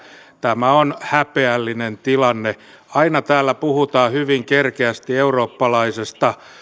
tämä on häpeällinen tilanne aina täällä puhutaan hyvin kerkeästi eurooppalaisesta